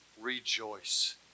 rejoice